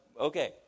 okay